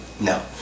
No